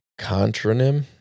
contronym